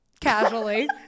casually